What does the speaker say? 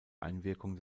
einwirkung